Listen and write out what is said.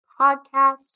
Podcast